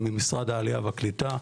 ממשרד העלייה והקליטה,